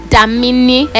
Damini